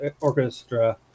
orchestra